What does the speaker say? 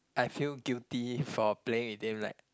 I feel guilty for playing with them like